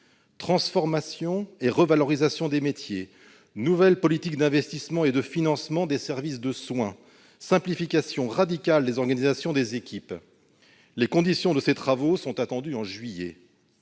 transformation et revalorisation des métiers, nouvelle politique d'investissements et de financement des services de soins, simplification radicale des organisations des équipes ... Les conclusions de ces travaux sont attendues en juillet.